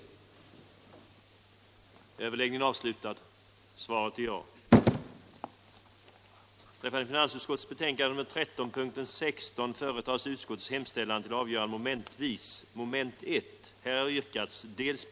den det ej vill röstar nej.